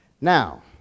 Now